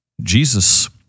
Jesus